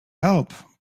help